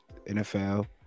NFL